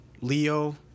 Leo